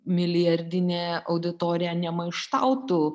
milijardinė auditorija nemaištautų